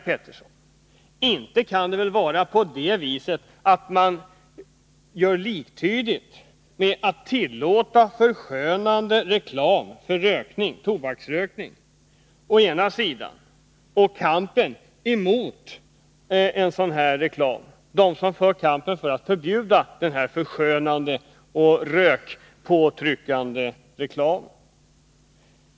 Det kan ju inte vara så, Sylvia Pettersson, att man arbetar för samma mål både när man vill tillåta reklam för ökad tobaksrökning och när man för en kamp för att förbjuda denna förskönande och rökbefrämjande reklam.